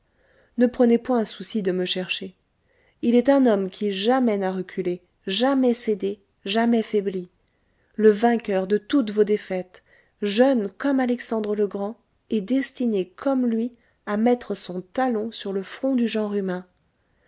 ne prenez point souci de me chercher il est un homme qui jamais n'a reculé jamais cédé jamais faibli le vainqueur de toutes vos défaites jeune comme alexandre le grand et destiné comme lui à mettre son talon sur le front du genre humain